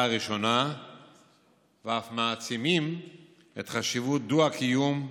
הראשונה ואף מעצימים את חשיבות הדו-קיום,